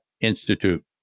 Institute